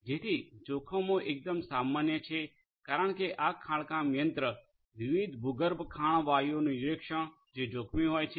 જેથી જોખમો એકદમ સામાન્ય છે કારણકે ખાણકામ યંત્ર વિવિધ ભૂગર્ભ ખાણ વાયુઓનું નિરીક્ષણ જે જોખમી હોય છે